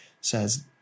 says